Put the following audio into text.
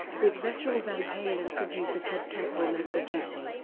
with veteran van halen producer ted templeman producing,